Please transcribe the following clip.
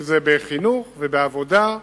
אם זה בחינוך, בעבודה,